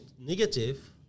negative